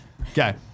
Okay